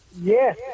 Yes